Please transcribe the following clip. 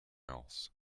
else